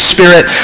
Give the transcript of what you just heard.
Spirit